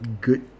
good